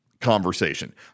conversation